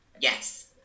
yes